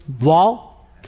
wall